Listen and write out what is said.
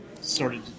started